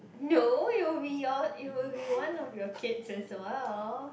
no it will be your it will be one of your kids as well